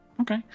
Okay